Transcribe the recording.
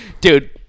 dude